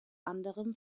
anderem